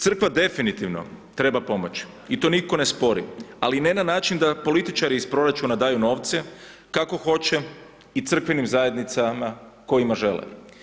Crkva definitivno treba pomoć i to nitko ne spori, ali ne na način da političari iz proračuna daju novce kako hoće i crkvinim zajednicama kojima žele.